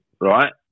right